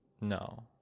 No